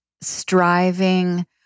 Striving